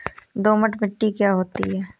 दोमट मिट्टी क्या होती हैं?